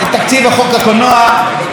כך שהיוצרים לא ייפגעו.